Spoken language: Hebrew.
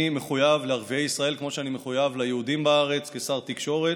אני מחויב לערביי ישראל כמו שאני מחויב ליהודים בארץ כשר תקשורת,